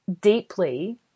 deeply